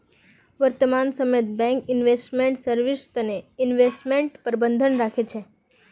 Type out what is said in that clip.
वर्तमान समयत bank investment service तने इन्वेस्टमेंट प्रबंधक राखे छे